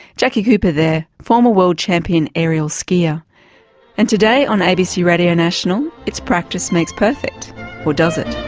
jacqui cooper there former world champion aerial skier and today on abc radio national it's practice makes perfect or does it?